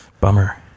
Bummer